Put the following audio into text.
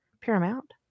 paramount